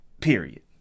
Period